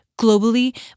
Globally